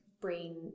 brain